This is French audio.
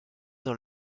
dans